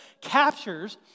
captures